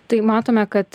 tai matome kad